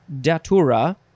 Datura